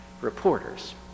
reporters